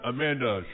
Amanda